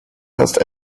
dust